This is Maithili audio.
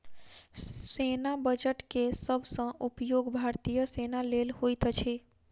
सेना बजट के सब सॅ उपयोग भारतीय सेना लेल होइत अछि